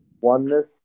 oneness